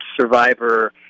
survivor